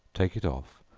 take it off,